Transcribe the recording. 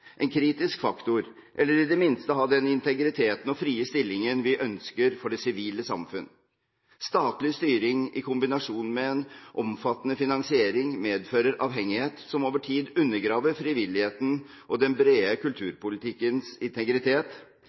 en kritisk faktor, eller i det minste ha den integritet og frie stilling vi ønsker for det sivile samfunn. Statlig styring i kombinasjon med en omfattende finansiering medfører avhengighet som over tid undergraver frivilligheten og den brede kulturpolitikkens integritet,